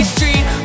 Street